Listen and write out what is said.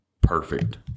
perfect